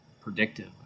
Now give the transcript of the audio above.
predictive